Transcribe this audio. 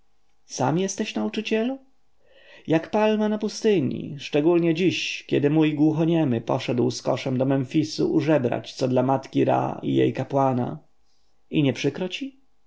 sam jesteś nauczycielu jak palma w pustyni szczególnie dziś kiedy mój głuchoniemy poszedł z koszem do memfisu użebrać co dla matki re i jej kapłana i nie przykro